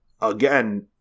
again